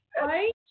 right